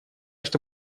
что